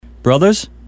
Brothers